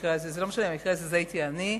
במקרה הזה זה הייתי אני.